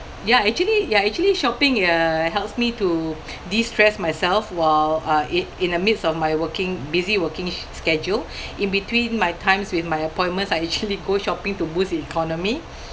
ya actually ya actually shopping uh helps me to de-stress myself while uh i~ in the midst of my working busy working s~ schedule in between my times with my appointments I actually go shopping to boost the economy